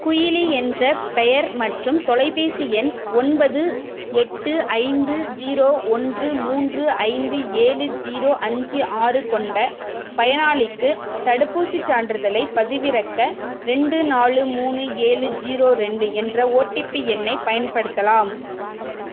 குயிலி என்ற பெயர் மற்றும் தொலைபேசி எண் ஒன்பது எட்டு ஐந்து ஜீரோ ஒன்று மூன்று ஐந்து ஏழு ஜீரோ அஞ்சு ஆறு கொண்ட பயனாளிக்கு தடுப்பூசிச் சான்றிதழைப் பதிவிறக்க ரெண்டு நாலு மூணு ஏழு ஜீரோ ரெண்டு என்ற ஓடிபி எண்ணைப் பயன்படுத்தலாம்